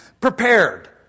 Prepared